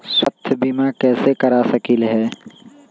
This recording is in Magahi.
स्वाथ्य बीमा कैसे करा सकीले है?